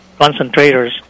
concentrators